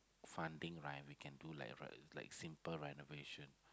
funding right we can do like simple renovation